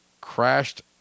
crashed